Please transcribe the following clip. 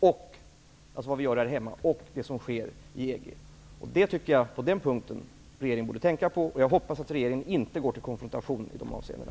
Det gäller alltså vad vi gör här hemma och vad som sker i EG. Jag tycker att regeringen borde tänka på detta, och jag hoppas att regeringen inte går till konfrontation i de avseendena.